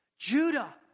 Judah